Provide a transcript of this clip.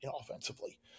offensively